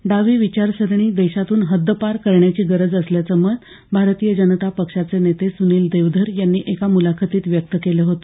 डावी विचार सरणी देशातून हद्द पार करण्याची गरज असल्याचं मत भाजपचे नेते सुनील देवधर यांनी एका मुलाखतीत व्यक्त केले होते